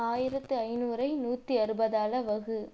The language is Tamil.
ஆயிரத்து ஐநூறை நூற்றி அறுபதால் வகு